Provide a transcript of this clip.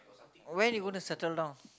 when you going to settle down